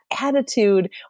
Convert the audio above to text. attitude